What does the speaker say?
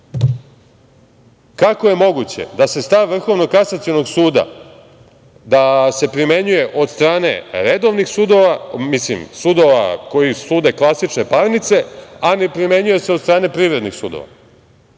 kako je moguće da se stav Vrhovnog kasacionog suda da se primenjuje od strane redovnih sudova, mislim sudova koji sude klasične parnice, a ne primenjuje se od strane privrednih sudova?